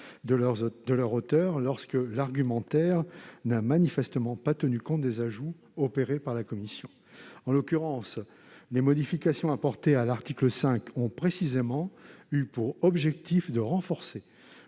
de leurs auteurs, lorsque l'argumentaire n'a manifestement pas tenu compte des ajouts opérés par la commission. En l'occurrence, les modifications apportées à l'article 5 avaient justement pour objet de renforcer